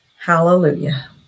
Hallelujah